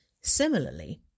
Similarly